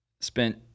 spent